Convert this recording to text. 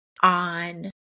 on